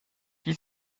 qui